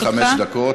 כל אחד חמש דקות.